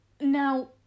Now